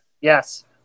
Yes